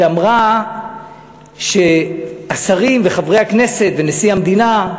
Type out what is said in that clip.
שאמרה שהשרים וחברי הכנסת ונשיא המדינה,